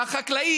והחקלאי,